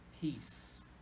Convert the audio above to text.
peace